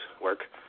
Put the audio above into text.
work